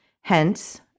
Hence